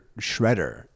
shredder